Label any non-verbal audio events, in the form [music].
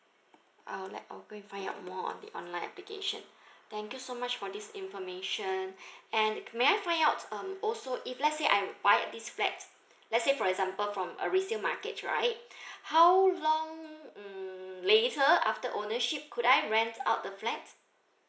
I'll like I'll go and find out more on the online application thank you so much for this information [breath] and may I find out um also if let's say I buy this flat let's say for example from a resale market right how long mm later after ownership could I rent out the flat